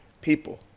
people